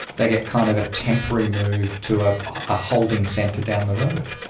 they get kind of a temporary move to ah a holding centre down the road.